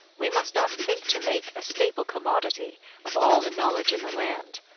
we must not think to make a staple commodity of all the knowledge in the land,